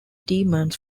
demons